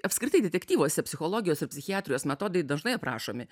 apskritai detektyvuose psichologijos ir psichiatrijos metodai dažnai aprašomi